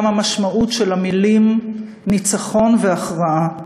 גם המשמעות של המילים ניצחון והכרעה.